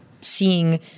seeing